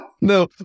No